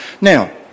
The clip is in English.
Now